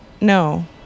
no